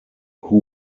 who